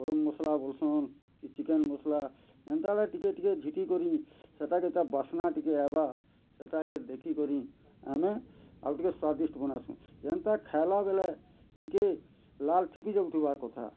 ଗରମ୍ ମସଲା ବୋଲସନ୍ କି ଚିକେନ୍ ମସଲା ଏନ୍ତାଟା ଟିକେ ଟିକେ ଝିଟିକରି ସେଟାକେ ତାର୍ ବାସ୍ନା ଟିକେ ଆଏବା ସେଟାକେ ଦେଖିକରି ଆମେ ଆଉ ଟିକେ ସ୍ୱାଦିଷ୍ଟ ବନାସୁଁ ଯେନ୍ତା ଖାଏଲା ବେଲେ ଟିକେ ଲାଳ ଥିପି ଯାଉଥିବାର୍ କଥା